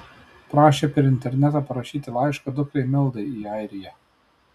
prašė per internetą parašyti laišką dukrai mildai į airiją